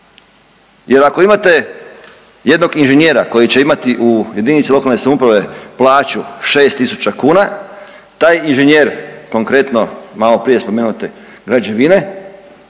Jer ako imate jednog inženjera koji će imati u jedinici lokalne samouprave plaću 6000 kuna, taj inženjer konkretno, malo prije spomenute građevine,